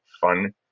fun